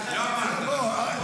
לא אמרת.